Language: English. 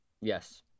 Yes